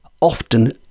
often